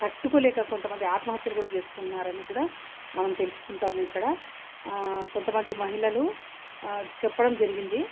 తట్టుకోలేక కొంతమంది ఆత్మహత్యలు కూడా చేసుకున్నారని కూడా మనం తెలుసుకుంటాము ఇక్కడ కొంతమంది మహిళల చెప్పడం జరిగింది